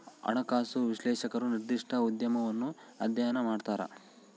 ಹಣಕಾಸು ವಿಶ್ಲೇಷಕರು ನಿರ್ದಿಷ್ಟ ಉದ್ಯಮವನ್ನು ಅಧ್ಯಯನ ಮಾಡ್ತರ